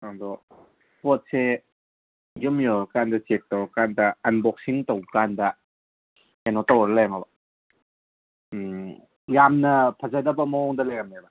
ꯑꯗꯣ ꯄꯣꯠꯁꯦ ꯌꯨꯝ ꯌꯧꯔꯀꯥꯟꯗ ꯆꯦꯛ ꯇꯧꯔꯀꯥꯟꯗ ꯑꯟꯕꯣꯛꯁꯤꯡ ꯇꯧꯀꯥꯟꯗ ꯀꯩꯅꯣ ꯇꯧꯔ ꯂꯩꯔꯝꯃꯕ ꯌꯥꯝꯅ ꯐꯖꯗꯕ ꯃꯑꯣꯡꯗ ꯂꯩꯔꯝꯃꯦꯕ